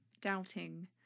doubting